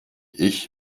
ich